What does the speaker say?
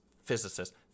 Physicists